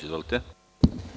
Izvolite.